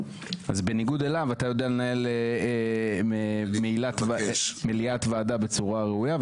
בניגוד אליו אתה יודע לנהל מליאת ועדה בצורה ראויה,